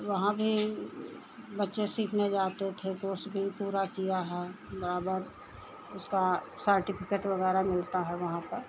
वहाँ भी बच्चे सीखने जाते थे कोर्स भी पूरा किया है बराबर उसका सर्टिफ़िकेट वगैरह मिलता है वहाँ पर